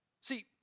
See